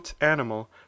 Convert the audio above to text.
animal